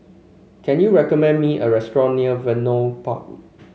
can you recommend me a restaurant near Vernon Park